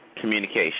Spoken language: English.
communication